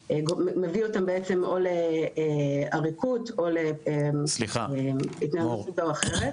אותם בעצם או לעריקות או להתנהלות כזו או אחרת.